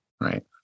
right